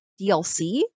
DLC